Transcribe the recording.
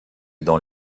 dans